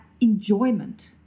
enjoyment